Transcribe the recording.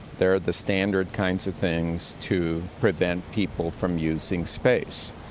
there are the standard kinds of things to prevent people from using space.